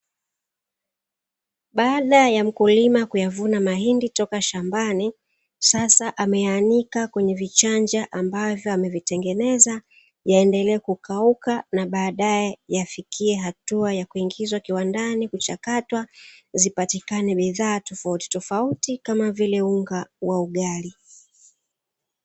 Baada ya mkulima kuyavuna mahindi toka shambani, sasa ameyaanika kwenye vichanja ambavyo amevitengeneza, yaendelee kukauka na baadae yafikie hatua ya kuingiza kiwandani kuchakatwa, zipatikane bidhaa tofautitofauti kama vile unga wa ugali.